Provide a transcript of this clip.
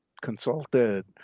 consulted